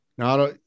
Now